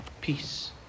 Peace